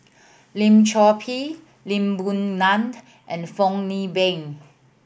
Lim Chor Pee Lee Boon Ngan and Fong Hoe Beng